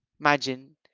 Imagine